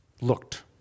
looked